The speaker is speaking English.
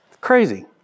Crazy